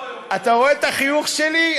אתה רואה את החיוך שלי,